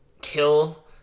kill